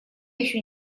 еще